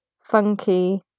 funky